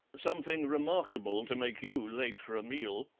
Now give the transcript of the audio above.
something remarkable, to make you late for a meal,